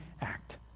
act